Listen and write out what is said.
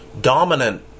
dominant